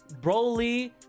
Broly